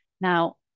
Now